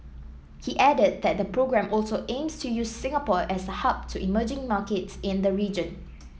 he added that the programme also aims to use Singapore as a hub to emerging markets in the region